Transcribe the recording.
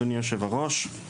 אדוני יושב-הראש,